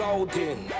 Golden